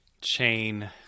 chain